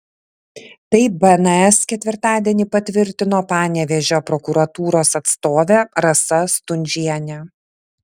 tai bns ketvirtadienį patvirtino panevėžio prokuratūros atstovė rasa stundžienė